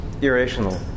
irrational